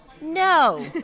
No